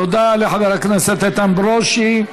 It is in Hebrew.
תודה לחבר הכנסת איתן ברושי.